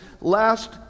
last